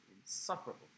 insufferable